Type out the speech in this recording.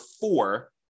four